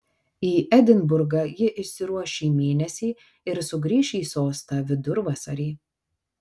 į edinburgą ji išsiruoš šį mėnesį ir sugrįš į sostą vidurvasarį